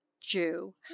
Jew